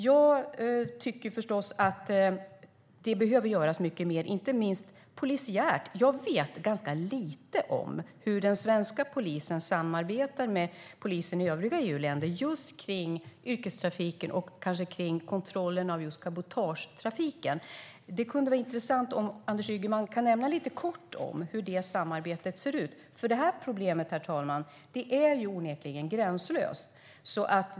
Jag tycker förstås att det behöver göras mycket mer, inte minst polisiärt. Jag vet ganska lite om hur den svenska polisen samarbetar med polis i övriga EU-länder just när det gäller yrkestrafiken och kontrollen av cabotagetrafiken. Det kunde vara intressant om Anders Ygeman kunde nämna lite kort hur det samarbetet ser ut. Det här problemet är ju onekligen gränslöst.